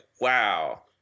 wow